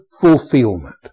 fulfillment